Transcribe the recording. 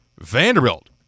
Vanderbilt